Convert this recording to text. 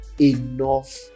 enough